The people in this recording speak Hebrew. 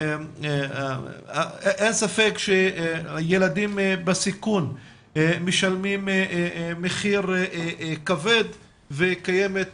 אין ספק שילדים בסיכון משלמים מחיר כבד וקיימת